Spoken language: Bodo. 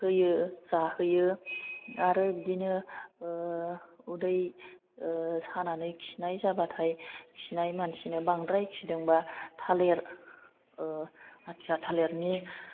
होयो जाहोयो आरो बिदिनो उदै सानानै खिनाय जाबाथाय खिनाय मानसिनो बांद्राय खिदोंबा थालिर आथिया थालिरनि